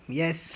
yes